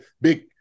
big